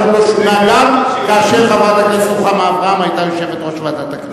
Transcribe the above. רוחמה אברהם היתה יושבת-ראש ועדת הכנסת.